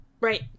right